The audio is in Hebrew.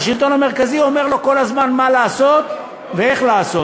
שהשלטון המרכזי אומר לו כל הזמן מה לעשות ואיך לעשות.